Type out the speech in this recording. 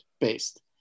based